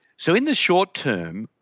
so in the short term,